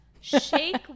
Shake